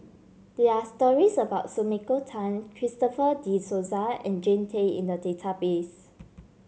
there are stories about Sumiko Tan Christopher De Souza and Jean Tay in the database